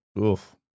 Oof